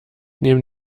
neben